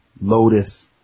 Lotus